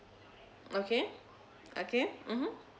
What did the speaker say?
okay okay mmhmm